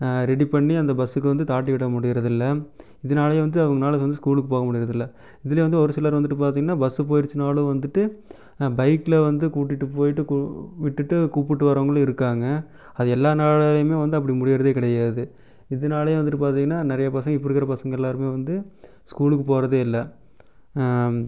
ready பண்ணி அந்த பஸ்ஸுக்கு வந்து தாட்டிவிட முடியறது இல்லை இதனாலே வந்து அவங்கனால ஸ்கூலுக்கு போக முடியறது இல்லை இதில் வந்து ஒரு சிலர் வந்துட்டு பார்த்திங்னா பஸ் போயிருச்சுனாலும் வந்துட்டு பைக்கில் வந்து கூட்டிகிட்டு போயிட்டு கூ விட்டுட்டு கூப்பிட்டு வரவங்களும் இருக்காங்க அது எல்லா நாளையிலும் அப்படி முடியறதே கிடையாது இதனாலயே வந்துட்டு பார்த்திங்னா நிறையா பசங்கள் இப்போ இருக்கற பசங்கள் எல்லோருமே வந்து ஸ்கூலுக்கு போவதே இல்லை